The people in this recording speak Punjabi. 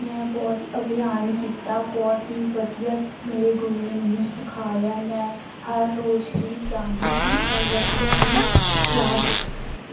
ਮੈਂ ਬਹੁਤ ਅਭਿਆਨ ਕੀਤਾ ਬਹੁਤ ਹੀ ਵਧੀਆ ਮੇਰੇ ਗੁਰੂ ਨੇ ਮੈਨੂੰ ਸਿਖਾਇਆ ਮੈਂ ਹਰ ਰੋਜ਼ ਹੀ ਜਾਂਦੀ ਸੀ ਔਰ ਵਧੀਆ ਹੀ ਕਲਾਸ